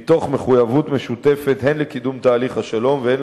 מתוך מחויבות משותפת הן לקידום תהליך השלום והן